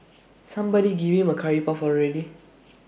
somebody give him A Curry puff already